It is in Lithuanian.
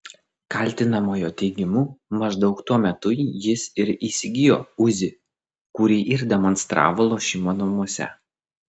kaltinamojo teigimu maždaug tuo metu jis ir įsigijo uzi kurį ir demonstravo lošimo namuose